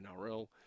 NRL